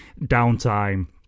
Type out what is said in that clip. downtime